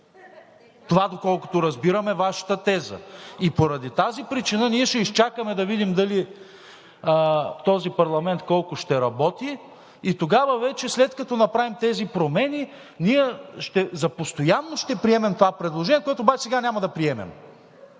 Това, доколкото разбирам, е Вашата теза. Поради тази причина ние ще изчакаме да видим този парламент колко ще работи и тогава вече, след като направим тези промени, ние за постоянно ще приемем това предложение, което обаче сега няма да приемем,